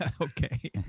Okay